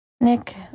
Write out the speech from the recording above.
Nick